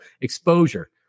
exposure